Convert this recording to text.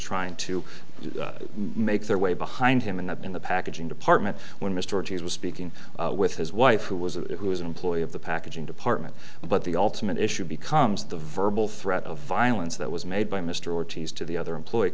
trying to make their way behind him and in the packaging department when mr richards was speaking with his wife who was a who was an employee of the packaging department but the ultimate issue becomes the verbal threat of violence that was made by mr ortiz to the other employee